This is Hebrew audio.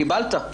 קיבלת.